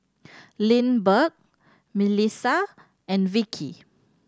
Lindbergh Milissa and Vickie